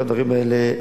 כל הדברים האלה,